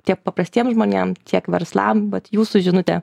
tiek paprastiems žmonėms tiek verslam vat jūsų žinutė